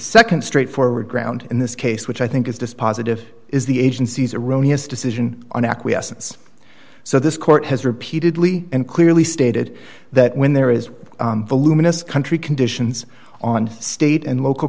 nd straightforward ground in this case which i think is dispositive is the agency's erroneous decision on acquiescence so this court has repeatedly and clearly stated that when there is a luminous country conditions on state and local